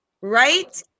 right